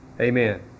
Amen